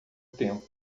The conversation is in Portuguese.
tempo